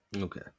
Okay